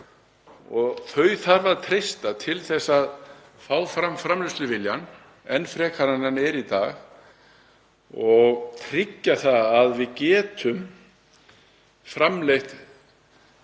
og þau þarf að treysta til þess að fá framleiðsluviljann enn frekar fram en er í dag og tryggja að við getum framleitt